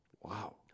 Wow